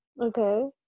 okay